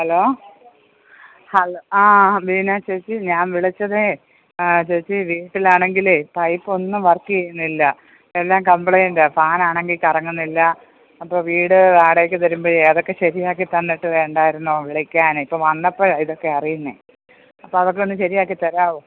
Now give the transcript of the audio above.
hello hello ആ വീണ ചേച്ചി ഞാൻ വിളിച്ചതേ ചേച്ചി വീട്ടിലാണെങ്കിലെ പൈപ്പൊന്നും വർക്ക് ചെയ്യുന്നില്ല എല്ലാം കംപ്ലയിന്റാണ് ഫാനാണെങ്കിൽ കറങ്ങുന്നില്ല അപ്പോൾ വീട് വാടകയ്ക്ക് തരുമ്പഴേ അതൊക്കെ ശരിയാക്കി തന്നിട്ട് വേണ്ടായിരുന്നോ വിളിക്കാന് ഇപ്പം വന്നപ്പോഴാണ് ഇതൊക്കെ അറിയുന്നത് അപ്പം അതൊക്കെ ഒന്ന് ശരിയാക്കി തരാവോ